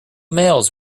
mails